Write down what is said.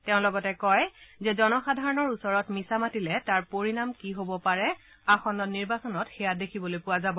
তেওঁ লগতে কয় যে জনসাধাৰণৰ ওচৰত মিছা মাতিলে তাৰ পৰিণাম কি হব পাৰে আসন্ন নিৰ্বাচনত সেয়া দেখিবলৈ পোৱা যাব